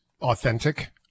authentic